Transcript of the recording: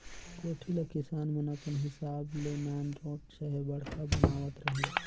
कोठी ल किसान मन अपन हिसाब ले नानरोट चहे बड़खा बनावत रहिन